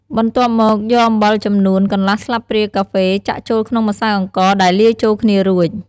បន្ទាប់មក យកអំបិលចំនួន កន្លះស្លាបព្រាកាហ្វេចាក់ចូលក្នុងម្សៅអង្ករដែលលាយចូលគ្នារួច។